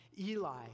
Eli